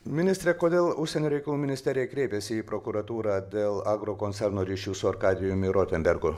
ministre kodėl užsienio reikalų ministerija kreipėsi į prokuratūrą dėl agrokoncerno ryšių su arkadijumi rotenbergu